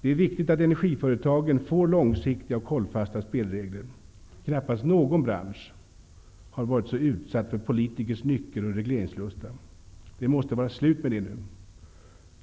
Det är viktigt att energiföretagen får långsiktiga och hållfasta spelregler. Knappast någon bransch har varit så utsatt för politikers nycker och regleringslusta. Det måste vara slut med det nu.